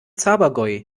zabergäu